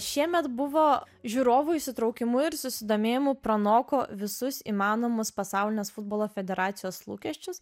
šiemet buvo žiūrovų įsitraukimu ir susidomėjimu pranoko visus įmanomus pasaulinės futbolo federacijos lūkesčius